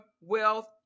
wealth